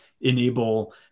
enable